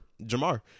Jamar